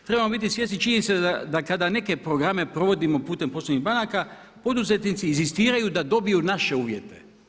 Trebamo biti svjesni činjenice da kada neke programe provodimo putem poslovnih banaka, poduzetnici inzistiraju da dobiju naše uvjete.